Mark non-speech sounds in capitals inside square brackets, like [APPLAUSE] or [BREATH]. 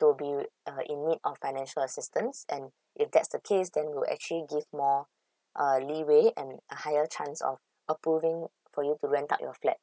to be uh in need of financial assistance and if that's the case then we'll actually give more [BREATH] uh leeway and a higher chance of approving for you to rent out your flat